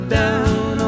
down